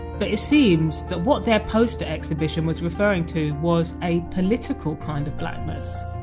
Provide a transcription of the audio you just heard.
but it seems that what their poster exhibition was referring to was a political kind of blackness.